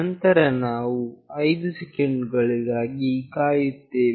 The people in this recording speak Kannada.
ನಂತರ ನಾವು 5 ಸೆಕೆಂಡ್ ಗಾಗಿ ಕಾಯುತ್ತೇವೆ